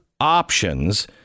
options